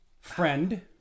friend